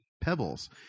pebbles